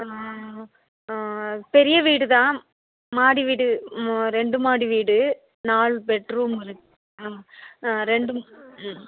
பெரிய வீடுதான் மாடி வீடு ம ரெண்டு மாடி வீடு நாலு பெட் ரூம் இருக் ஆ ரெண்டு ம்